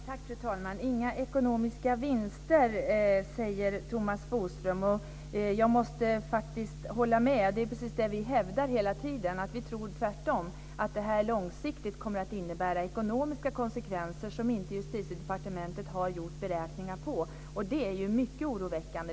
Fru talman! Inga ekonomiska vinster, säger Thomas Bodström. Jag måste faktiskt hålla med. Det är precis det vi hävdar hela tiden. Vi tror tvärtom att det här långsiktigt kommer att innebära ekonomiska konsekvenser som inte Justitiedepartementet har gjort beräkningar på, och det är ju mycket oroväckande.